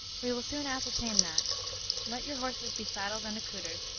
we will soon ascertain that let your horses be saddled and accoutered,